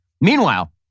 Meanwhile